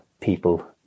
people